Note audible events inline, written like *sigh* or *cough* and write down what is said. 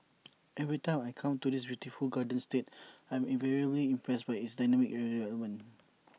*noise* every time I come to this beautiful garden state I'm invariably impressed by its dynamic development